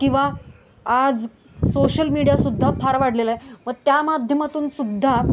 किंवा आज सोशल मीडियासुद्धा फार वाढलेला आहे व त्या माध्यमातूनसुद्धा